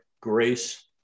grace